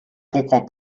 comprends